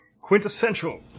quintessential